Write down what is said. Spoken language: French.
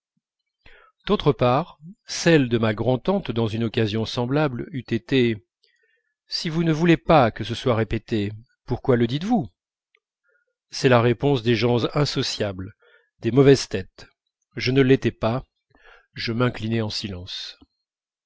d'autre part celle de ma grand'tante dans une occasion semblable eût été si vous ne voulez pas que ce soit répété pourquoi le dites-vous c'est la réponse des gens insociables des mauvaises têtes je ne l'étais pas je m'inclinai en silence